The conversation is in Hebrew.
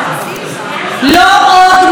לא עוד מועדון סגור,